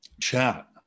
chat